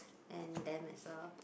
and them as well